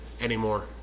anymore